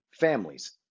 families